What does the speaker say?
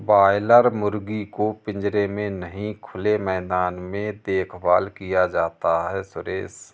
boiler मुर्गी को पिंजरे में नहीं खुले मैदान में देखभाल किया जाता है सुरेश